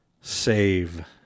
save